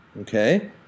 Okay